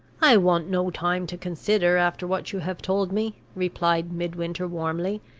i want no time to consider after what you have told me, replied midwinter, warmly,